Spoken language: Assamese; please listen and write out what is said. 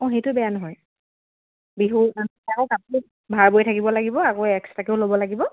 অঁ সেইটো বেয়া নহয় বিহু কাপোৰ ভাৰ বৈ থাকিব লাগিব আকৌ এক্সট্ৰাকেও ল'ব লাগিব